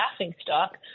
laughingstock